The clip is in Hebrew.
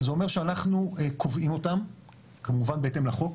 זה אומר שאנחנו קובעים אותם כמובן בהתאם לחוק,